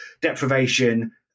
deprivation